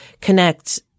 connect